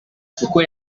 kuko